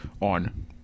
on